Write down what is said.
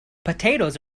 potatoes